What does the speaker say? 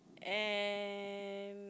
and